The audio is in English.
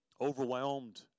overwhelmed